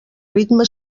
ritme